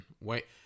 Wait